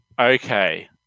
Okay